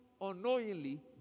unknowingly